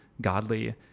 godly